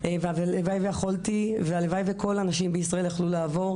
אם החליטו שהוא לא מסוכן,